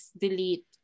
delete